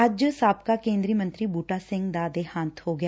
ਅੱਜ ਸਾਬਕਾ ਕੇਂਦਰੀ ਮੰਤਰੀ ਬੁਟਾ ਸਿੰਘ ਦਾ ਦੇਹਾਂਤ ਹੋ ਗਿਆ